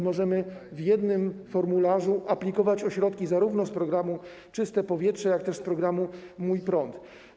Możemy za pomocą jednego formularza aplikować o środki zarówno z programu „Czyste powietrze”, jak i z programu „Mój prąd”